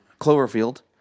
Cloverfield